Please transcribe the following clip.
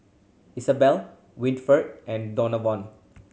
Isabel Winford and Donavon